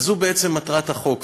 וזו בעצם מטרת החוק.